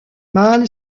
mal